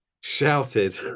shouted